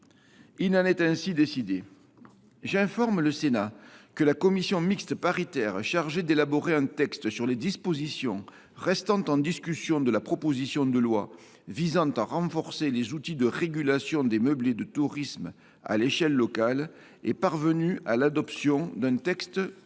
de cette demande. J’informe le Sénat que la commission mixte paritaire chargée d’élaborer un texte sur les dispositions restant en discussion de la proposition de loi visant à renforcer les outils de régulation des meublés de tourisme à l’échelle locale est parvenue à l’adoption d’un texte commun.